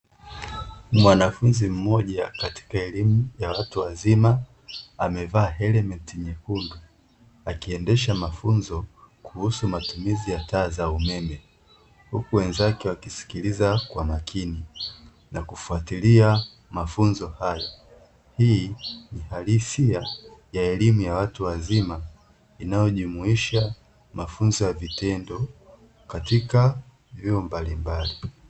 Mwanafunzi mmoja katika elimu ya watu wazima, amevaa helementi nyekundu, akiendesha mafunzo kuhusu matumizi ya taa za umeme, huku wenzake wakisikiliza kwa makini na kufuatilia mafunzo hayo. Hii ni halisia ya elimu ya watu wazima, inayojumuisha mafunzo ya vitendo katika vyuo mbalimbali.